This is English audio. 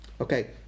Okay